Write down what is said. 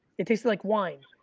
it tastes like wine.